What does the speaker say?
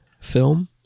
film